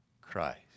Christ